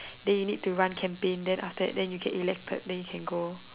then you need to run campaign then you get elected then you can go